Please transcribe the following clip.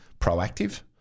proactive